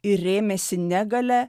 ir rėmėsi ne galia